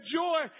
joy